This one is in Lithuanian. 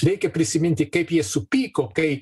reikia prisiminti kaip jie supyko kai